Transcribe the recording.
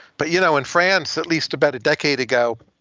but you know in france, at least about a decade ago,